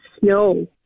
snow